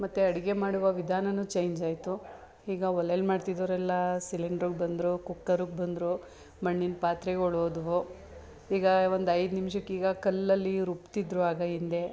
ಮತ್ತು ಅಡುಗೆ ಮಾಡುವ ವಿಧಾನನೂ ಚೇಂಜಾಯಿತು ಈಗ ಒಲೇಲಿ ಮಾಡ್ತಿದ್ದವರೆಲ್ಲ ಸಿಲಿಂಡ್ರಿಗೆ ಬಂದರು ಕುಕ್ಕರಿಗೆ ಬಂದರು ಮಣ್ಣಿನ ಪಾತ್ರೆಗಳು ಹೋದ್ವು ಈಗ ಒಂದು ಐದು ನಿಮಿಷಕ್ಕೀಗ ಕಲ್ಲಲ್ಲಿ ರುಬ್ತಿದ್ದರು ಆಗ ಇಂದೆ